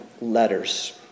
letters